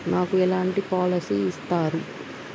నాకు ఎలాంటి పాలసీ ఇస్తారు?